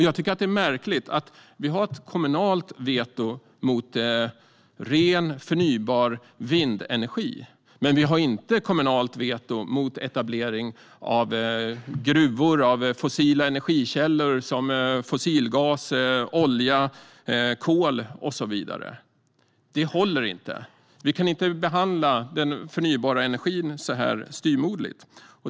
Jag tycker att det är märkligt att vi har ett kommunalt veto mot ren, förnybar vindenergi men inte mot etablering av gruvor eller mot fossila energikällor som fossilgas, olja eller kol. Det håller inte. Vi kan inte behandla den förnybara energin så styvmoderligt.